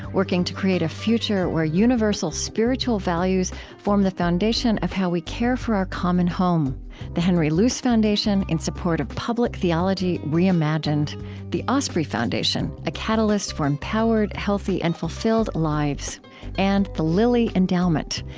working to create a future where universal spiritual values form the foundation of how we care for our common home the henry luce foundation, in support of public theology reimagined the osprey foundation, a catalyst for empowered, healthy, and fulfilled lives and the lilly endowment,